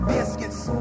Biscuits